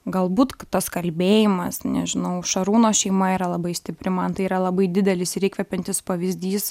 galbūt k tas kalbėjimas nežinau šarūno šeima yra labai stipri man tai yra labai didelis ir įkvepiantis pavyzdys